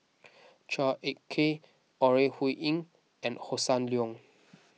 Chua Ek Kay Ore Huiying and Hossan Leong